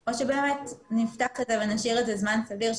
או שנפתח את זה ונשאיר את זה זמן סביר,